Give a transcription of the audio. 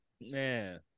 Man